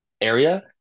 area